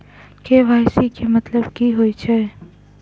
KYC केँ मतलब की होइ छै?